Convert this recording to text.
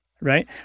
right